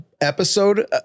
episode